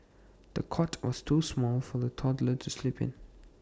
the cot was too small for the toddler to sleep in